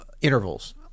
intervals